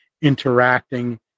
interacting